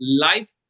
life